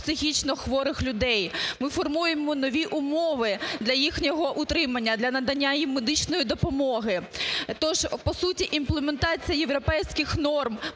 Дякую